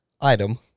item